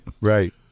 Right